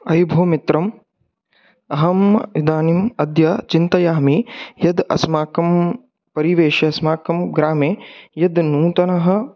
अयि भो मित्रम् अहम् इदानीम् अद्य चिन्तयामि यद् अस्माकं परिवेशने अस्माकं ग्रामे यः नूतनः